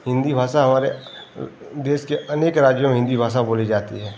हिन्दी भाषा हमारे देश के अनेक राज्यों में हिन्दी भाषा बोली जाती है